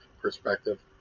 perspective